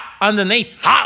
underneath